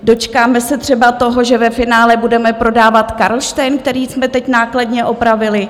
Dočkáme se třeba toho, že ve finále budeme prodávat Karlštejn, který jsme teď nákladně opravili?